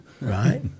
Right